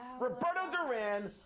roberto duran,